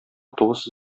тугыз